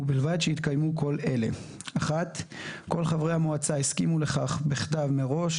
ובלבד שהתקיימו כל אלה: כל חברי המועצה הסכימו לכך בכתב מראש,